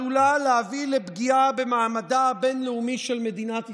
עלולה להביא לפגיעה במעמדה הבין-לאומי של מדינת ישראל,